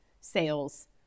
sales